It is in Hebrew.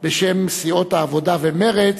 בשם סיעות העבודה ומרצ,